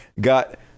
got